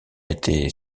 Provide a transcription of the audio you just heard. été